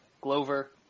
Glover